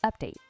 update